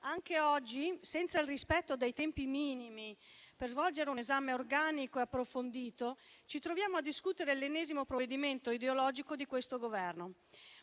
anche oggi, senza il rispetto dei tempi minimi per svolgere un esame organico e approfondito, ci troviamo a discutere l'ennesimo provvedimento ideologico di questo Governo,